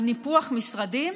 על ניפוח משרדים?